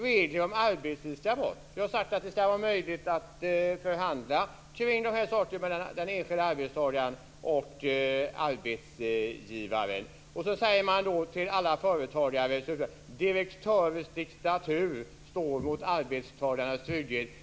Regler om arbetstid ska bort - vi har sagt att det ska vara möjligt att förhandla kring dessa saker för den enskilde arbetstagaren och arbetsgivaren. Vidare säger man till alla företagare: Direktörers diktatur står mot arbetstagarnas trygghet.